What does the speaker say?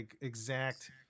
exact